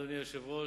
אדוני היושב-ראש,